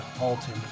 Alton